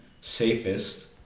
safest